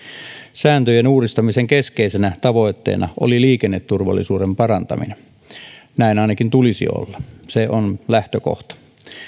sääntöjen uudistamisen keskeisenä tavoitteena oli liikenneturvallisuuden parantaminen näin ainakin tulisi olla se on lähtökohta